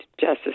Justice